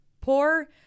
poor